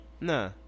Nah